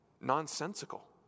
nonsensical